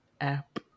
app